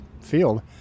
field